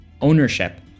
ownership